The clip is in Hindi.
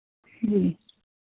जी